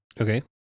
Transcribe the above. Okay